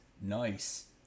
Nice